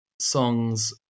songs